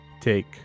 take